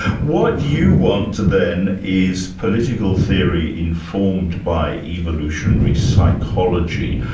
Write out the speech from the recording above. what you want then is political theory informed by evolutionary psychology.